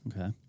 Okay